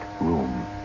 room